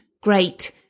great